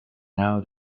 now